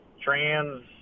trans